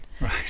Right